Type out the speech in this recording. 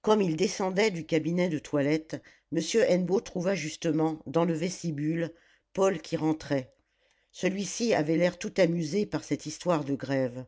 comme il descendait du cabinet de toilette m hennebeau trouva justement dans le vestibule paul qui rentrait celui-ci avait l'air tout amusé par cette histoire de grève